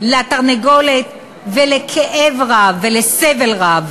לתרנגולת ולכאב רב ולסבל רב.